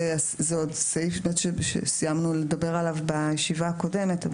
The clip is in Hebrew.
זה סעיף שסיימנו לדבר עליו בישיבה הקודמת.